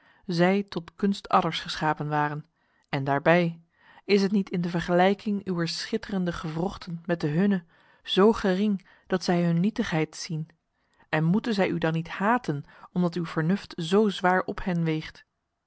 zij tot kunstadders geschapen waren en daarbij is het niet in de vergelijking uwer schitterende gewrochten met de hunne zo gering dat zij hun nietigheid zien en moeten zij u dan niet haten omdat uw vernuft zo zwaar op hen weegt